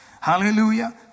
Hallelujah